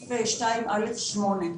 לסעיף 2(א)(8),